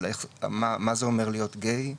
על מה זה אומר להיות גיי.